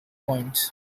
points